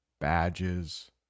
badges